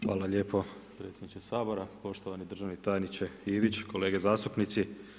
Hvala lijepo predsjedniče Sabora, poštovani državni tajniče Ivić, kolege zastupnici.